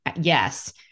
yes